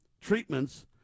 treatments